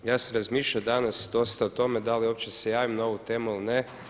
Ja sam razmišljao danas dosta o tome da li uopće da se javim na ovu temu ili ne.